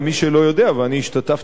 ואני השתתפתי בדיונים,